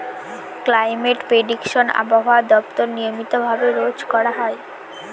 climate prediction আবহাওয়া দপ্তর নিয়মিত ভাবে রোজ করা হয়